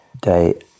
day